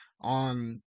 on